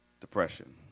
depression